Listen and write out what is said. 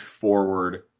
forward